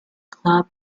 club